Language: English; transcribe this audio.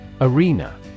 Arena